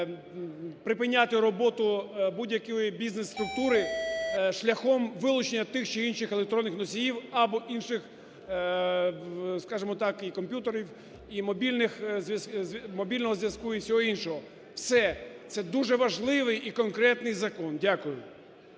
припиняти роботу будь-якої бізнес-структури шляхом вилучення тих чи інших електронних носіїв, або інших, скажемо так, і комп'ютерів, і мобільного зв'язку, і всього іншого. Все, це дуже важливий і конкретний закон. Дякую.